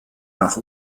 nach